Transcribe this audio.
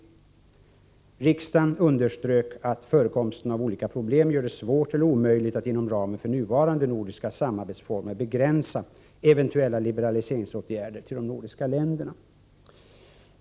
Riksdagen underströk att förekomsten av olika problem gör det svårt eller omöjligt att inom ramen för nuvarande nordiska samarbetsformer begränsa eventuella liberaliseringsåtgärder till de nordiska länderna.